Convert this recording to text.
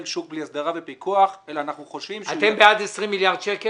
שוק בלי הסדרה ופיקוח אלא אנחנו חושבים -- אתם בעד 20 מיליארד שקל?